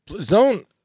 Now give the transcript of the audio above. Zone